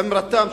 אום-רתאם,